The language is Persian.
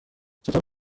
چطور